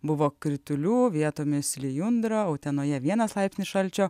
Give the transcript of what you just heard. buvo kritulių vietomis lijundra utenoje vienas laipsnis šalčio